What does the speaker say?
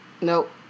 Nope